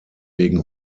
wegen